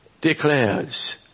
declares